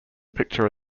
picture